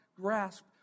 grasp